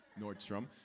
Nordstrom